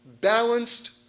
balanced